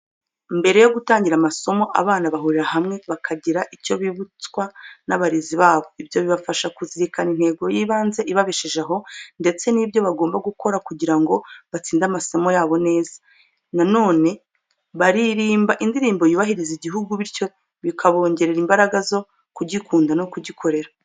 Mbere yo gutangira amasomo, abana bahurira hamwe bakagira ibyo bibutswa n'abarezi babo. Ibyo bibafasha kuzirikana intego y'ibanze ibabesheje aho ndetse n'ibyo bagomba gukora kugira ngo batsinde amasomo yabo neza. Na none baririmba indirimbo y'ubahiriza igihugu, bityo bikabongerera imbaraga zo kugikunda no kugikorera.